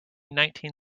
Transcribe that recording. nineteen